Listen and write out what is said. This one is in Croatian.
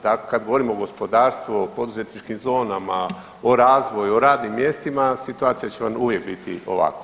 Tako kad govorimo o gospodarstvu, o poduzetničkim zonama, o razvoju, o radnim mjestima, situacija će vam uvijek biti ovakva.